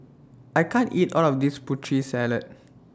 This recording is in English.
I can't eat All of This Putri Salad